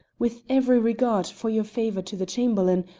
with every regard for your favour to the chamberlain,